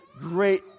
great